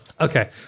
Okay